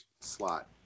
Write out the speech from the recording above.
slot